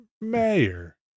mayor